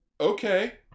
Okay